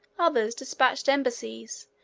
others dispatched embassies,